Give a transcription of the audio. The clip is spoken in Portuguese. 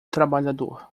trabalhador